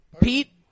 Pete